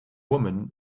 woman